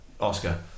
Oscar